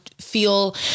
feel